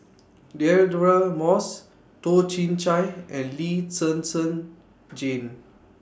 Deirdre Moss Toh Chin Chye and Lee Zhen Zhen Jane